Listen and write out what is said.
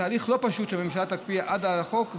זה תהליך לא פשוט שממשלה תקפיא עד החוק,